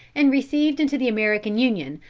and received into the american union,